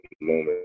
moment